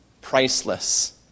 priceless